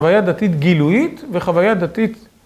חוויה דתית גילויית, וחוויה דתית...